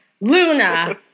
Luna